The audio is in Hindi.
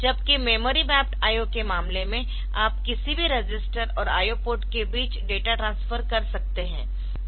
जबकि मेमोरी मैप्ड IO के मामले में आप किसी भी रजिस्टर और IO पोर्ट के बीच डेटा ट्रांसफर कर सकते है